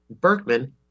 Berkman